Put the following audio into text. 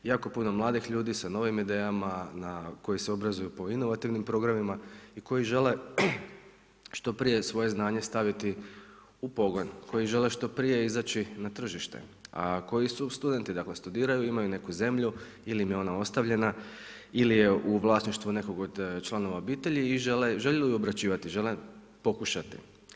Jako puno mladih ljudi sa novim idejama koji se obrazuju po inovativnim programima i koji žele što prije svoje znanje staviti u pogon, koji žele što prije izaći na tržište, a koji su studenti dakle studiraju, imaju neku zemlju ili im je ona ostavljena ili je u vlasništvu nekog od članova obitelji i žele ju obrađivati, žele pokušati.